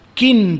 kin